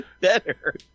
better